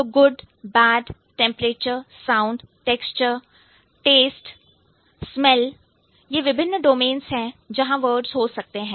तो good good bad bad temperature temperature sound sound texture texture taste smell smell यह विभिन्न domains है जहां वर्ड्स हो सकते हैं